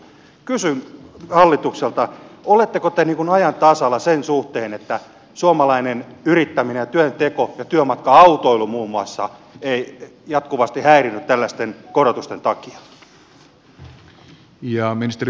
kysyn hallitukselta oletteko te ajan tasalla sen suhteen että suomalainen yrittäminen työnteko ja työmatka autoilu muun muassa eivät jatkuvasti häiriinny tällaisten korotusten takia